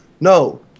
no